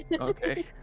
Okay